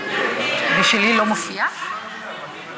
מה שתצליחו לכתוב זה בסדר.